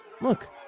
Look